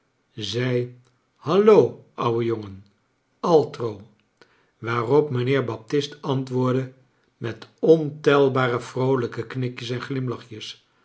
zei hallo ouwe jongen altro waarop mijnheer baptist antwoordde met ontelbare vroolrjke knikjes en glimlachjes